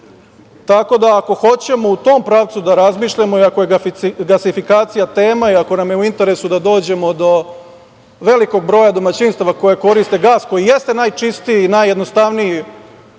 i ponaša. Ako hoćemo u tom pravcu da razmišljamo i ako je gasifikacija tema i ako nam je u interesu da dođemo do velikog broja domaćinstava koji koriste gas, koji jeste najčistiji i najjednostavniji